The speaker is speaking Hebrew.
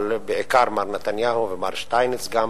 אבל בעיקר מר נתניהו ומר שטייניץ גם,